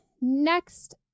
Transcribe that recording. next